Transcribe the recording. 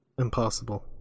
impossible